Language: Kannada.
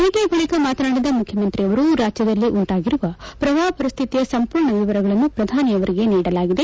ಭೇಟಿ ಬಳಿಕ ಮಾತನಾಡಿದ ಮುಖ್ಯಮಂತ್ರಿಯವರು ರಾಜ್ಯದಲ್ಲಿ ಉಂಟಾಗಿರುವ ಪ್ರವಾಹ ಪರಿಸ್ಟಿತಿಯ ಸಂಪೂರ್ಣ ವಿವರಗಳನ್ನು ಪ್ರಧಾನಿಯವರಿಗೆ ನೀಡಲಾಗಿದೆ